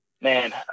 Man